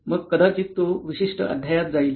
मग कदाचित तो विशिष्ट अध्यायात जाईल